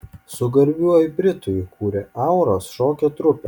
su garbiuoju britu jį kūrė auros šokio trupę